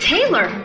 Taylor